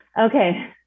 Okay